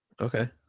Okay